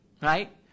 right